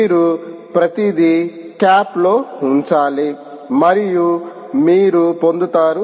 మీరు ప్రతిదీ కాప్ లో ఉంచాలి మరియు మీరు పొందుతారు